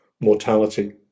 mortality